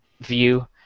view